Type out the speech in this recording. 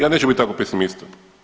Ja neću biti takav pesimista.